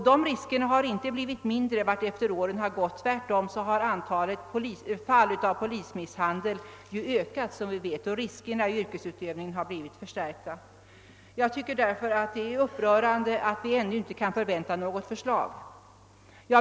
De riskerna har inte blivit mindre med åren — tvärtom har antalet fall av polismisshandel ökat och riskerna i yrkesutövningen har blivit förstärkta. Det är upprörande att vi ännu inte kan vänta något förslag.